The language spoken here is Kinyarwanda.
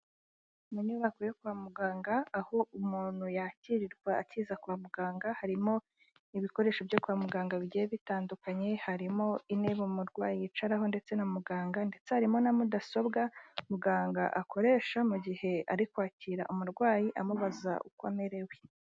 Mu nyubako yo kwa muganga, aho umuntu yakirirwa akiza kwa muganga harimo ibikoresho byo kwa muganga bigiye bitandukanye, harimo intebe umurwayi yicaraho ndetse na muganga, ndetse harimo na mudasobwa muganga akoresha mu gihe ari kwakira umurwayi amubaza uko amerewe.